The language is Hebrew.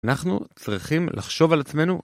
אנחנו צריכים לחשוב על עצמנו.